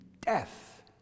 death